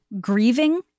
grieving